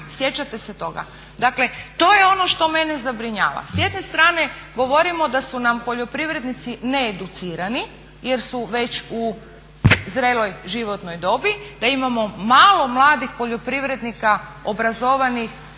Sjećate se toga? Dakle to je ono što mene zabrinjava. S jedne strane govorimo da su nam poljoprivrednici needucirani jer su već u zreloj životnoj dobi, da imamo malo mladih poljoprivrednika obrazovanih,